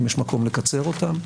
האם יש מקום לקצר אותם?